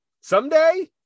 someday